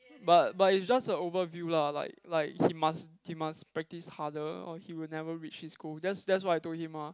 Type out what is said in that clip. but but is just a overview lah like like he must he must practice harder or he will never reach his goal that's that's what I told him ah